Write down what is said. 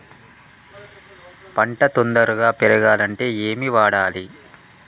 పంట తొందరగా పెరగాలంటే ఏమి వాడాలి?